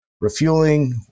refueling